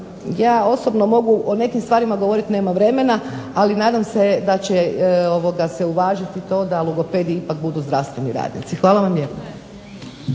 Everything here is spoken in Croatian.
Ja osobno mogu o nekim stvarima govoriti, nema vremena ali se nadam da će se uvažiti to da logopedi ipak budu zdravstveni radnici. Hvala lijepa.